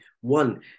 One